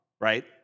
right